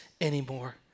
anymore